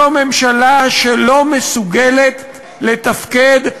זו ממשלה שלא מסוגלת לתפקד,